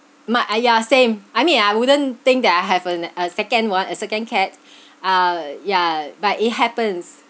my ah ya same I mean I wouldn't think that I have a a second one a second cat ah yeah but it happens